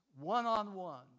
one-on-one